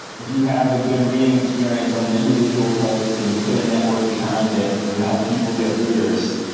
if you have a good reading experience on an individual post and you put a network behind it and you help people get readers,